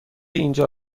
اینجا